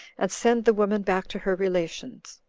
and send the woman back to her relations.